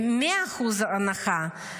100% הנחה.